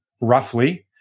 Roughly